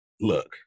look